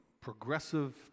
progressive